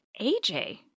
AJ